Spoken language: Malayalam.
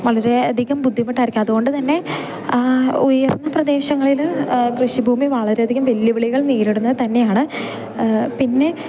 വളരെയധികം ബുദ്ധിമുട്ടായിരിക്കും അതുകൊണ്ട് തന്നെ ഉയർന്ന പ്രദേശങ്ങളില് കൃഷിഭൂമി വളരെയധികം വെല്ലുവിളികൾ നേരിടുന്നത് തന്നെയാണ് പിന്നെ